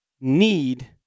need